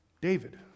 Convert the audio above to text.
David